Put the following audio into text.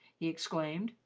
he exclaimed.